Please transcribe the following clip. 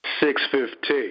615